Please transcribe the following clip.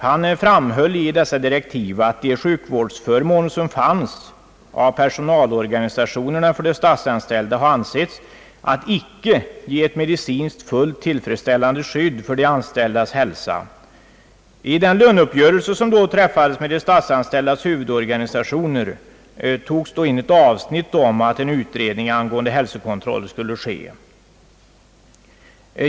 Han framhöll i dessa direk tiv att de sjukvårdsförmåner, som fanns, av personalorganisationerna ansetts icke ge ett medicinskt fullt tillfredsställande skydd för de anställdas hälsa. I den löneuppgörelse som då träffades med de statsanställdas huvudorganisationer togs då in ett avsnitt om att en utredning angående hälsokontroll skulle ske.